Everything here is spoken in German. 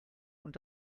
und